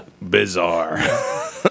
bizarre